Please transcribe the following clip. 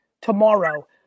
tomorrow